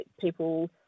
people